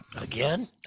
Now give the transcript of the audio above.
Again